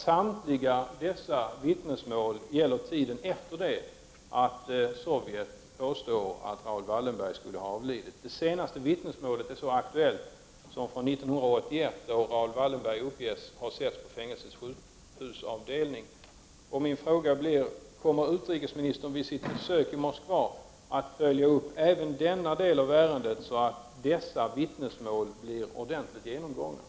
Samtliga dessa vittnesmål gäller tiden efter det att Sovjet påstått att Raoul Wallenberg skulle ha avlidit. Det senaste vittnesmålet är så aktuellt som från 1981, då Raoul Wallenberg uppges ha setts på fängelsets sjukhusavdelning. Min fråga blir: Kommer utrikesministern vid sitt besök i Moskva att följa upp även denna del av ärendet, så att dessa vittnesmål blir ordentligt genomgångna?